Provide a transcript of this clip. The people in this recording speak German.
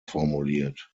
formuliert